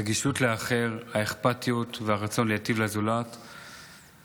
הרגישות לאחר, האכפתיות והרצון להיטיב עם הזולת הם